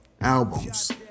albums